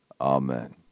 Amen